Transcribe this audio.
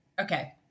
okay